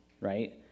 right